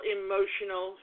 emotional